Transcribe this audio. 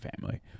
family